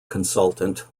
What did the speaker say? consultant